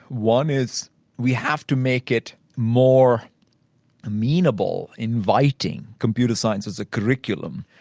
one is we have to make it more amenable, inviting computer science as a curriculum.